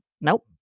Nope